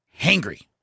hangry